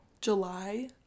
July